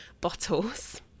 bottles